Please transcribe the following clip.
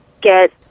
get